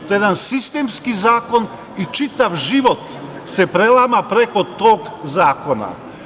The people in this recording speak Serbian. To je jedan sistemski zakon i čitav život se prelama preko tog zakona.